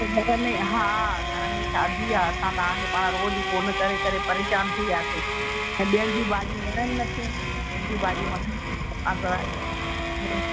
त घर में हा घर में शादी आहे असां तव्हांखे पाण रोज फ़ोन करे करे परेशानु थी वियासीं ऐं ॿेयनि जूं भाॼियूं वणणु नथियूं ॿेयनि जी भाॼियूं वणणु नथियूं तव्हांखां सवाइ